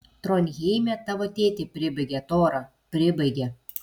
tronheime tavo tėtį pribaigė tora pribaigė